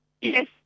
Yes